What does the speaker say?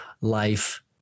life